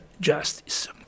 Justice